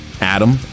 Adam